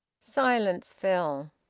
silence fell.